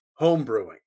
Homebrewing